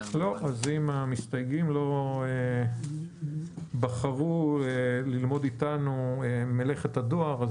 אם המסתייגים לא בחרו ללמוד אתנו מלאכת הדואר,